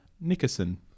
Nickerson